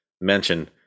mention